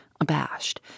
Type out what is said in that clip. abashed